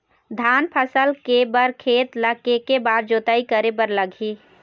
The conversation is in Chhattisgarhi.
धान फसल के बर खेत ला के के बार जोताई करे बर लगही?